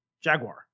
Jaguar